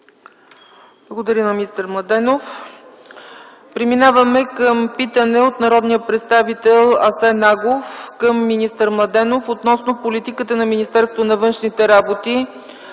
Благодаря на министър Младенов. Преминаваме към питане от народния представител Асен Агов към министър Николай Младенов относно политиката на Министерството на външните работи